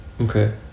okay